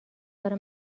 داره